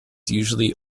usually